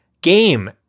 game